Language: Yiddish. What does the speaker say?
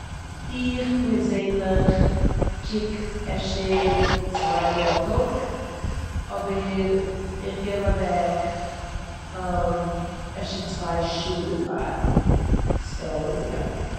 איך פערזענליך קוקט אפשר צוויי מאל א טאג אבער איך געב אוועק אפשר צוויי שעה דערפאר. סאו, יא.